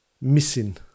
missing